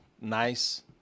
nice